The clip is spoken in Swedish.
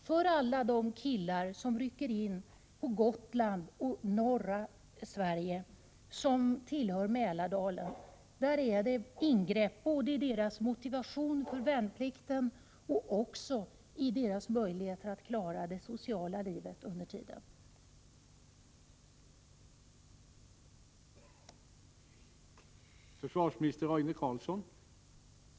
För alla de killar som rycker in till förband på Gotland och i norra Sverige och som hör hemma i Mälardalen är detta ett ingrepp både i deras motivation för värnplikten och i deras möjligheter att klara det sociala livet under den tid de fullgör sin militärtjänst.